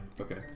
Okay